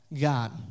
God